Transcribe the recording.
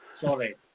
Sorry